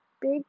Big